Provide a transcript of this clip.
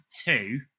two